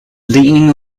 leaning